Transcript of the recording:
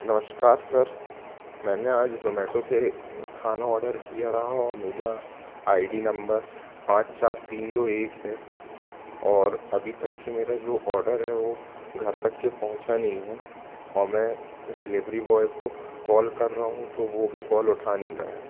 नमस्कार सर मैंने आज जोमैटो से खाना ऑर्डर किया रहा हो मेरा आई डी नंबर पाँच चार तीन दो एक है और अभी तक के मेरा जो आर्डर है वो घर तक के पहुँचा नहीं है और मैं डिलीवरी बॉय को कॉल कर रहा हूँ तो वो भी कॉल उठा नहीं रहा है